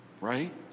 right